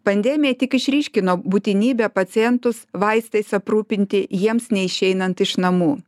pandemija tik išryškino būtinybę pacientus vaistais aprūpinti jiems neišeinant iš namų